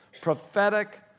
prophetic